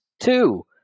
Two